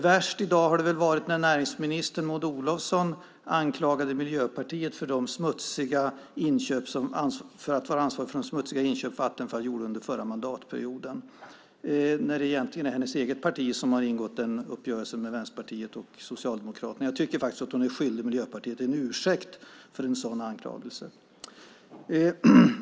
Värst var det i dag när näringsminister Maud Olofsson anklagade Miljöpartiet för att vara ansvarigt för de smutsiga inköp som Vattenfall gjorde under den förra mandatperioden när det egentligen är hennes eget parti som ingått den uppgörelsen med Vänsterpartiet och Socialdemokraterna. Jag tycker faktiskt att hon är skyldig Miljöpartiet en ursäkt för en sådan anklagelse.